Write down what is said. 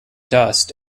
dust